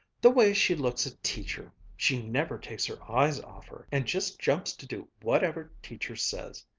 the way she looks at teacher she never takes her eyes off her, and just jumps to do whatever teacher says.